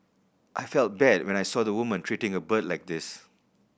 I felt bad when I saw the woman treating a bird like this